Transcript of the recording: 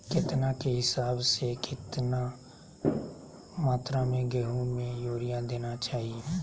केतना के हिसाब से, कितना मात्रा में गेहूं में यूरिया देना चाही?